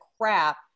crap